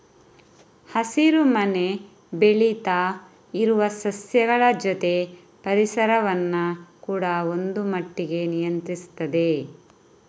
ಹಸಿರು ಮನೆ ಬೆಳೀತಾ ಇರುವ ಸಸ್ಯಗಳ ಜೊತೆ ಪರಿಸರವನ್ನ ಕೂಡಾ ಒಂದು ಮಟ್ಟಿಗೆ ನಿಯಂತ್ರಿಸ್ತದೆ